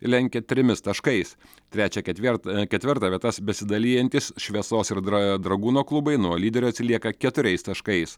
lenkia trimis taškais trečią ketvir ketvirtą vietas besidalijantys šviesos ir dra dragūno klubai nuo lyderio atsilieka keturiais taškais